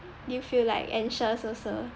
do you feel like anxious also